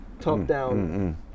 top-down